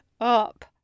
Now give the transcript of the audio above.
up